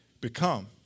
become